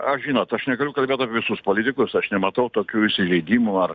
aš žinot aš negaliu kalbėt apie visus politikus aš nematau tokių įsižeidimų